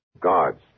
guards